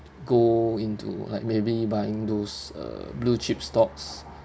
go into like maybe buying those uh blue chip stocks